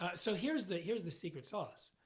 so here's the here's the secret sauce.